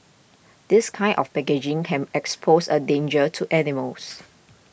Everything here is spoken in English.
this kind of packaging can expose a danger to animals